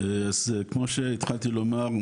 אז כמו שהתחלתי לומר,